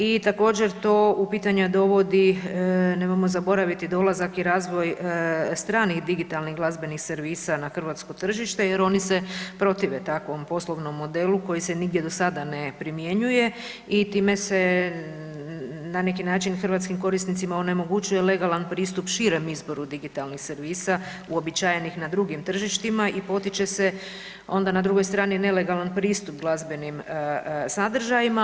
I također to u pitanje dovodi, nemojmo zaboraviti da ulazak i razvoj stranih digitalnih glazbenih servisa na hrvatsko tržište jer oni se protive takvom poslovnom modelu koji se nigdje do sada ne primjenjuje i time se na neki način hrvatskim korisnicima onemogućuje legalan pristup širem izboru digitalnih servisa uobičajenih na drugim tržištima i potiče se onda na drugoj strani nelegalan pristup glazbenim sadržajima.